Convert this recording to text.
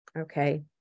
Okay